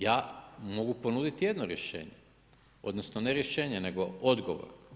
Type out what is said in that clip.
Ja mogu ponuditi jedno rješenje odnosno ne rješenje nego odgovor.